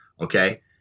Okay